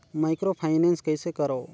Microfinance कइसे करव?